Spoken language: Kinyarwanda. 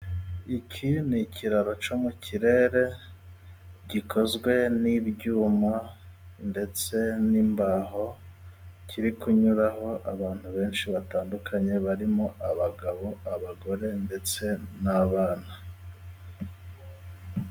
Iki ni ikiraro cyo mu kirere gikozwe n'ibyuma ndetse n'imbaho kiri kunyuraho abantu benshi batandukanye barimo: abagabo, abagore ndetse n'abana.